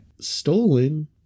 stolen